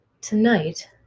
Tonight